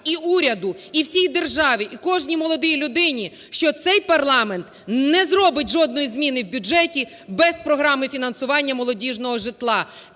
і уряду, і всій державі, і кожній молодій людині, що цей парламент не зробить жодної зміни в бюджеті без програми фінансування молодіжного житла.